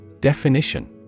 Definition